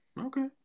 okay